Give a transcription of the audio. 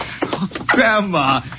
Grandma